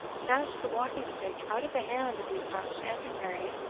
snatched the walking-stick out of the hand of the astonished antiquary,